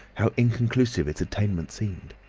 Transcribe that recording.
how inconclusive its attainment seemed.